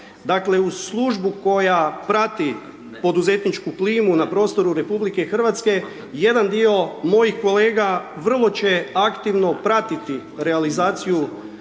Dakle uz službu koja prati poduzetničku klimu na prostoru RH, jedan dio mojih kolega vrlo će aktivno pratiti realizaciju